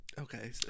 okay